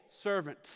servant